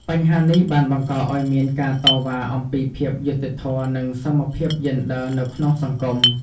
បញ្ហានេះបានបង្កឲ្យមានការតវ៉ាអំពីភាពយុត្តិធម៌និងសមភាពយេនឌ័រនៅក្នុងសង្គម។